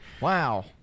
Wow